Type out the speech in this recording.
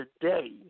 today